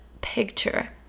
picture